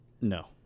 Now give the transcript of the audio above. No